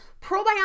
Probiotics